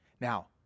Now